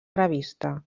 revista